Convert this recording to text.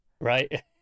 right